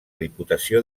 diputació